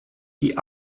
die